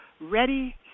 Ready